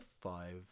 five